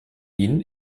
ihn